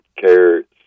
carrots